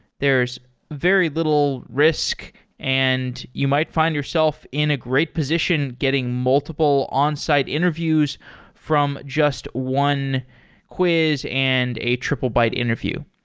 there's very little risk and you might find yourself in a great position getting multiple onsite interviews from just one quiz and a triplebyte interview.